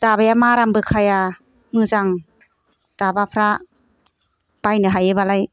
दाबाया मारामबो खाया मोजां दाबाफ्रा बायनो हायो बालाय